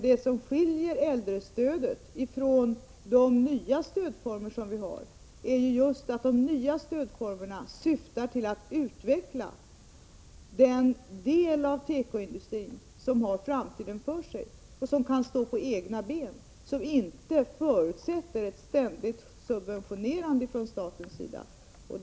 Det som skiljer äldrestödet från de nya stödformerna är just att de senare syftar till att utveckla den del av tekoindustrin som har framtiden för sig, som kan stå på egna ben och som inte förutsätter ett ständigt subventionerande från statens sida.